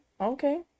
Okay